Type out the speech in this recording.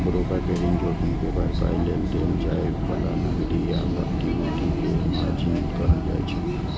broker कें ऋण जोखिम के भरपाइ लेल देल जाए बला नकदी या प्रतिभूति कें मार्जिन कहल जाइ छै